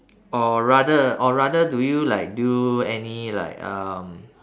or rather or rather do you like do any like um